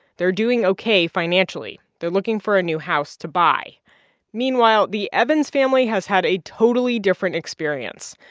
they're doing ok financially. they're looking for a new house to buy meanwhile, the evans family has had a totally different experience.